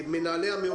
מנהלי המעונות האלה.